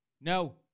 No